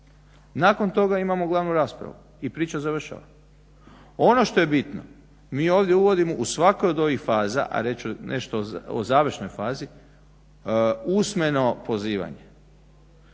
Nakon toga imamo glavnu raspravu i priča završava. Ono što je bitno mi ovdje uvodimo u svaku od ovih faza a reći ću nešto o završnoj fazi usmeno pozivanje.